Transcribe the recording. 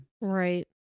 right